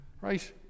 right